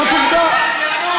זו עובדה.